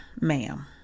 ma'am